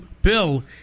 bill